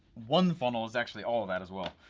one funnel is actually all that, as well.